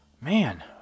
man